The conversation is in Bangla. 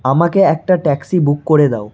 আমাকে একটা ট্যাক্সি বুক করে দাও